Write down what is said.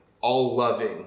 all-loving